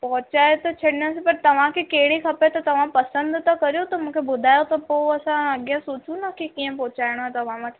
पहुचाए त छॾंदासि पर तव्हांखे कहिड़ी खपे त तव्हां पसंदि त करियो त मूंखे ॿुधायो त पोइ असां अॻिया सोचियूं न की कीअं पहुचाइणो आहे तव्हां वटि